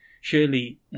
Surely